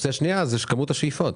האופציה השנייה היא כמות השאיפות.